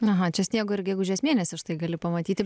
aha čia sniego ir gegužės mėnesį štai gali pamatyti